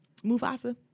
Mufasa